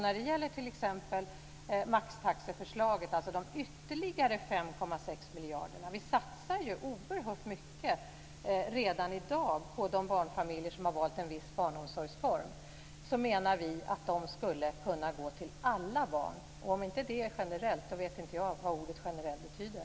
När det gäller t.ex. maxtaxeförslaget och de ytterligare 5,6 miljarderna - vi satsar ju oerhört mycket redan i dag på de barnfamiljer som har valt en viss barnomsorgsform - menar vi att de skulle kunna gå till alla barn. Om inte det är generellt vet inte jag vad ordet generell betyder.